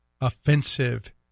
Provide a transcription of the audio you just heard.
offensive